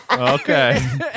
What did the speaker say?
Okay